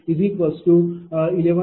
6 30040040026